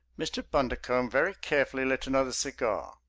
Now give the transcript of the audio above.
mr. bundercombe very carefully lit another cigar.